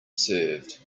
served